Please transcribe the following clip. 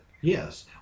Yes